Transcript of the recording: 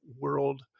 world